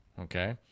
okay